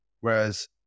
whereas